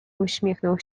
uśmiechnął